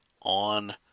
on